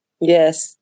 Yes